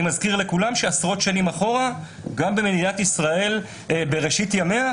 אני מזכיר לכולם שעשרות שנים אחורה גם במדינת ישראל בראשית ימיה,